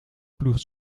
ploegt